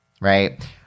right